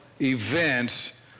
events